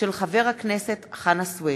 התשע"ד 2013, מאת חברי הכנסת יואל רזבוזוב,